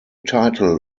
title